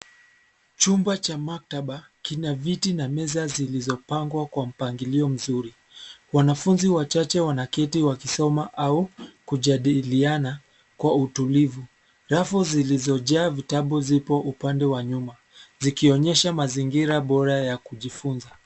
Chumba cha maktaba kina viti na meza zilizopangwa kwa mpangilio mzuri. Wanafunzi wachache wanaketi wakisoma au kujadiliana kwa utulivu. Rafu zilizojaa vitabu zipo upande wa nyuma zikionyesha mazingira bora ya kujifunza.